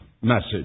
message